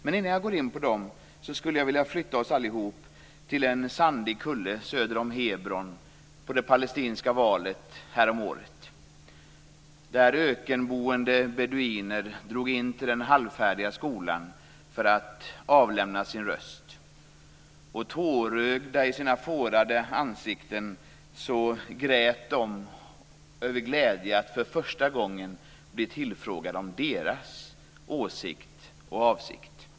Men innan jag går in på dem tänkte jag förflytta oss allihop till en sandig kulle söder om Hebron och det palestinska valet häromåret, där ökenboende beduiner drog in till den halvfärdiga skolan för att avlämna sina röster. Med sina fårade ansikten grät de av glädje över att för första gången bli tillfrågade om deras åsikt och avsikt.